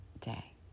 day